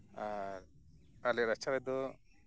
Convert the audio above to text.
ᱟᱨ ᱟᱞᱮ ᱨᱟᱪᱟ ᱨᱮᱫᱚ